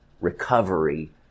recovery